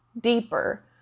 deeper